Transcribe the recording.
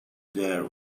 there